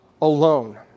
alone